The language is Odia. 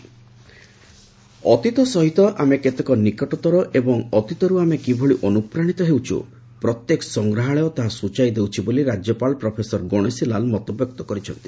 ରାଜ୍ୟପାଳ ଅତିତ ସହ ଆମେ କେତେ ନିକଟତର ଏବଂ ଅତିତରୁ ଆମେ କିଭଳି ଅନୁପ୍ରାଶିତ ହେଉଛ ପ୍ରତ୍ୟେକ ସଂଗ୍ରହାଳୟ ତାହା ସ୍ଚାଇ ଦେଉଛି ବୋଲି ରାକ୍ୟପାଳ ପ୍ରଫେସର ଗଣେଶିଲାଲ ମତବ୍ୟକ୍ତ କରିଛନ୍ତି